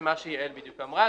זה מה שיעל בדיוק אמרה,